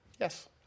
Yes